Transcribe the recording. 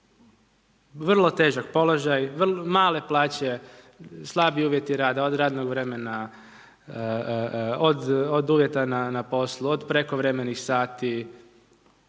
Vrlo težak položaj, male plaće, slabi uvjeti rada, od radnog vremena, od uvjeta na poslu, od prekovremenih sati,